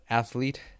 athlete